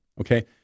Okay